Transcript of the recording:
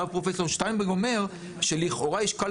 אמר פרופ' שטיינברג שלכאורה יש קל